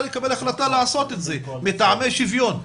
לקבל החלטה לעשות את זה מטעמי שוויון.